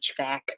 HVAC